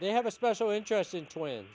they have a special interest in tw